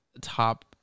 top